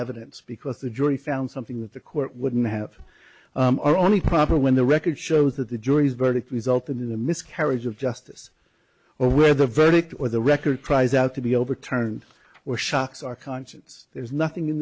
evidence because the jury found something that the court wouldn't have are only proper when the record shows that the jury's verdict resulted in a miscarriage of justice or where the verdict or the record cries out to be overturned or shocks our conscience there's nothing in